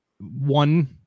one